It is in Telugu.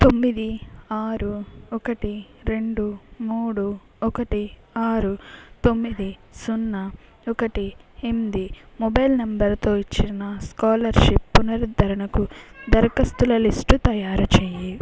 తొమ్మిది ఆరు ఒకటి రెండు మూడు ఒకటి ఆరు తొమ్మిది సున్న ఒకటి ఎనిమిది మొబైల్ నంబరుతో ఇచ్చిన స్కాలర్షిప్ పునరుద్ధరణకు దరఖాస్తుల లిస్టు తయారు చేయి